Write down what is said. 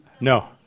No